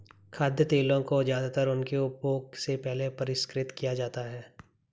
खाद्य तेलों को ज्यादातर उनके उपभोग से पहले परिष्कृत किया जाता है